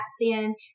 sin